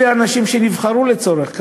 אלה האנשים שנבחרו לצורך כך.